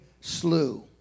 slew